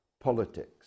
politics